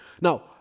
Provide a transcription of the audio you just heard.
Now